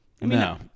No